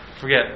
forget